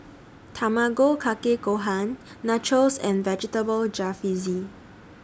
Tamago Kake Gohan Nachos and Vegetable Jalfrezi